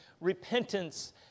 repentance